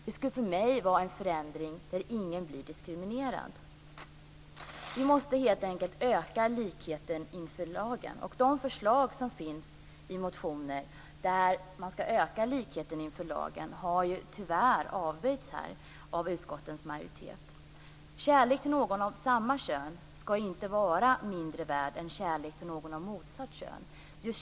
Det skulle för mig vara en förändring där ingen blir diskriminerad. Vi måste helt enkelt öka likheten inför lagen. De förslag som finns i motioner om att likheten inför lagen skall ökas har tyvärr avböjts av utskottets majoritet. Kärlek till någon av samma kön skall inte vara mindre värd än kärlek till någon av motsatt kön.